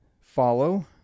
follow